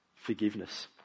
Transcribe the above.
forgiveness